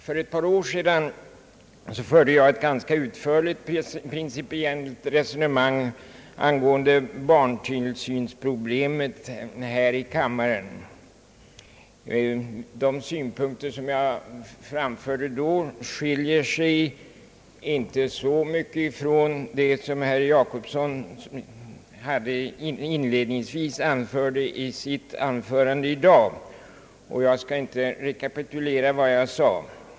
För ett par år sedan utvecklade jag här i kammaren ett ganska utförligt principiellt resonemang om barntillsynsproblemet. De synpunkter jag då framförde skiljer sig inte så mycket från det som herr Jacobsson inledningsvis yttrade i sitt anförande i dag, och jag skall därför inte rekapitulera vad jag sade.